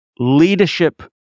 leadership